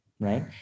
Right